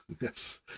Yes